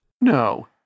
No